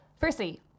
firstly